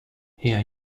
here